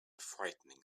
frightening